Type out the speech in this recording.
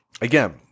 again